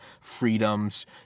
freedoms